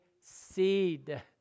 seed